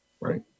right